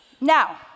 Now